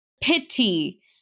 pity